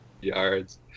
yards